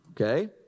Okay